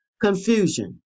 confusion